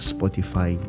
Spotify